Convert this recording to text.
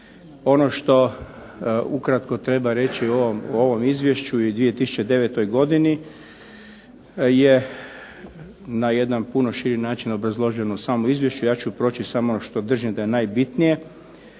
Ono što ukratko treba reći o ovom izvješću i 2009. godini je na jedan puno širi način obrazloženo u samom izvješću. Ja ću samo proći što držim da je najbitnije.